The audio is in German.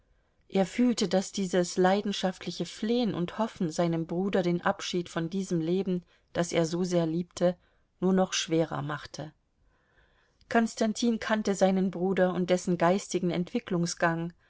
er fühlte daß dieses leidenschaftliche flehen und hoffen seinem bruder den abschied von diesem leben das er so sehr liebte nur noch schwerer machte konstantin kannte seinen bruder und dessen geistigen entwicklungsgang